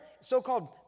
so-called